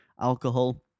alcohol